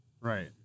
right